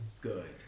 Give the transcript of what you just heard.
good